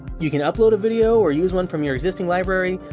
you can upload a video or use one from you existing library.